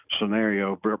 scenario